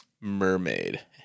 Mermaid